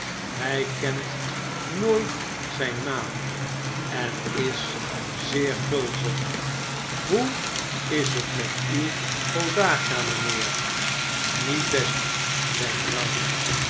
hjj kent nooit zgnmaat en is zeer gulzig hoe is het met uw podagra mpheer niet best zei brown